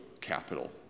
capital